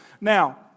Now